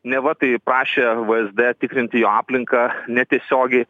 neva tai prašė vzd tikrinti jo aplinką netiesiogiai